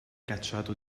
cacciato